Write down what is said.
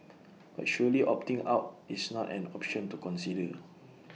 but surely opting out is not an option to consider